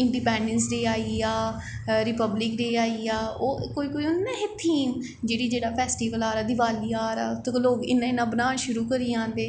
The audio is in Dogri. इंडिपैंडैंस डे आई गेआ रिपब्लिक डे आई गेआ ओह् कोई कोई होंदे ना ऐसे थीम जेह्ड़ा जेह्ड़ा फैस्टीवल आ दा दिवाली आ दा ते लोग इ'यां इ'यां बनान शुरू करी जांदे